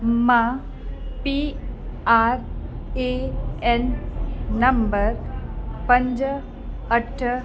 मां P R A N number पंज अठ